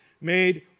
made